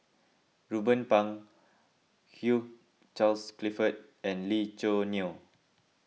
Ruben Pang Hugh Charles Clifford and Lee Choo Neo